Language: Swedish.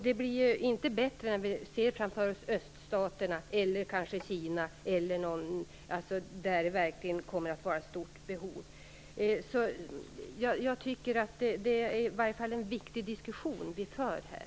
Det blir ju inte bättre i öststaterna, Kina eller där det verkligen kommer att finnas ett stort behov. Det är en viktig diskussion som vi för här.